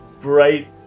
bright